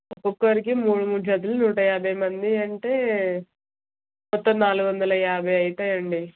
ఒక్కొక్కరికి మూడు మూడు జతలు నూట యాభై మంది అంటే మొత్తం నాలుగు వందల యాభై ఆవుతాయండి